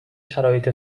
شرایط